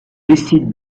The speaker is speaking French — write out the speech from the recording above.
décide